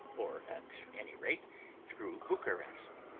or at any rate through bucharest,